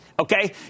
Okay